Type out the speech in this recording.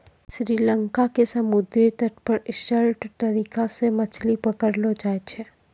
श्री लंका के समुद्री तट पर स्टिल्ट तरीका सॅ मछली पकड़लो जाय छै